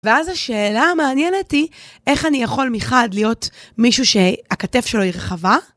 ואז השאלה המעניינת היא איך אני יכול מחד להיות מישהו שהכתף שלו היא רחבה?